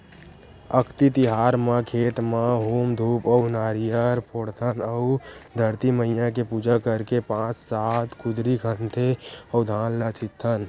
अक्ती तिहार म खेत म हूम धूप अउ नरियर फोड़थन अउ धरती मईया के पूजा करके पाँच सात कुदरी खनथे अउ धान ल छितथन